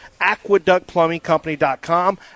Aqueductplumbingcompany.com